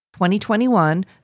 2021